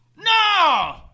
No